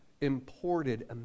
imported